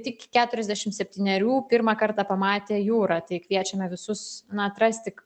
tik keturiasdešim septynerių pirmą kartą pamatė jūrą tai kviečiame visus na atrasti